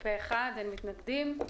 פה אחד, אין מתנגדים.